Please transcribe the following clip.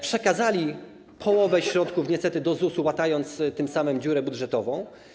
przekazali połowę środków niestety do ZUS-u, łatając tym samym dziurę budżetową.